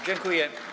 Dziękuję.